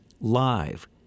Live